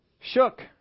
shook